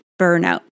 burnout